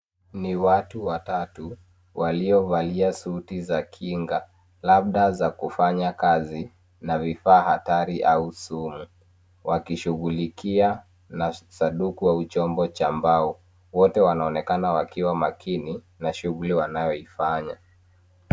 Ni watu watatu, waliovalia suti za kinga, labda za kufanya kazi na vifaa hatari au sumu. Wakishughulikia na sanduku au chombo cha mbao. Wote wanaonekana wakiwa makini na shughuli wanayoifanya.